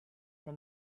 from